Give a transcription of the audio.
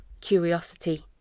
curiosity